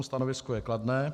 Stanovisko je kladné.